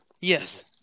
Yes